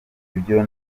ibyo